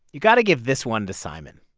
you've got to give this one to simon.